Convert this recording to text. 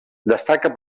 destaca